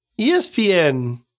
ESPN